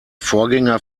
vorgänger